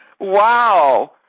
Wow